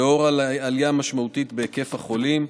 לנוכח העלייה המשמעותית בהיקף החולים,